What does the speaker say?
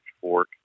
fork